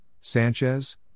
Sanchez